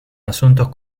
asuntos